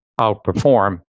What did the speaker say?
outperform